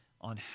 on